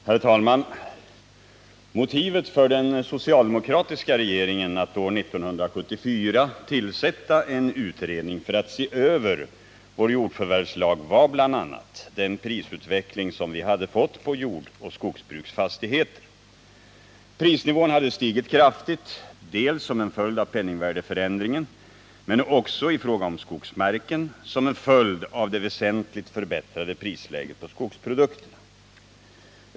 Herr talman! Motivet för den socialdemokratiska regeringen att år 1974 tillsätta en utredning för att se över vår jordförvärvslag var bl.a. den prisutveckling vi hade fått för jordoch skogsbruksfastigheter. Prisnivån hade stigit kraftigt, dels som en följd av penningvärdeförändringen, dels i fråga om skogsmarken som en följd av det väsentligt förbättrade prisläget på skogsprodukterna.